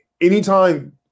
Anytime